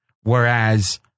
whereas